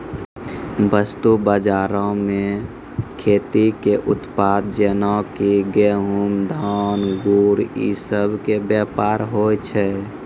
वस्तु बजारो मे खेती के उत्पाद जेना कि गहुँम, धान, गुड़ इ सभ के व्यापार होय छै